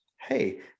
hey